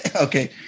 Okay